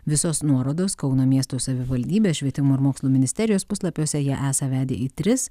visos nuorodos kauno miesto savivaldybės švietimo ir mokslo ministerijos puslapiuose ją esą vedė į tris